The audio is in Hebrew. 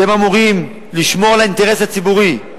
שאמורים לשמור על האינטרס הציבורי,